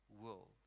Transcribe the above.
world